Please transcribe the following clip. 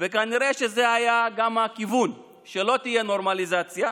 וכנראה שזה היה גם הכיוון, שלא תהיה נורמליזציה.